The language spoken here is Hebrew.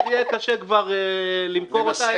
אז יהיה קשה כבר למכור אותה,